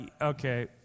okay